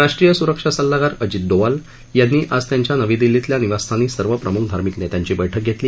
राष्ट्रीय सुरक्षा सल्लागार अजित डोवाल यांनी आज त्यांच्या नवी दिल्लीतल्या निवासस्थानी सर्व प्रमुख धार्मिक नेत्यांची बैठक घेतली